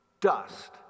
dust